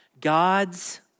God's